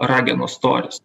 ragenos storis